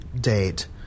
date